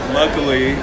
luckily